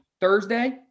Thursday